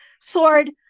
sword